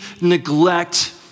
neglect